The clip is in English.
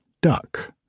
duck